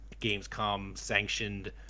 Gamescom-sanctioned